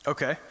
Okay